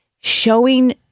showing